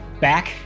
back